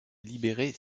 libérés